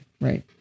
right